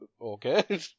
okay